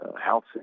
health